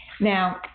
now